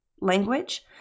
language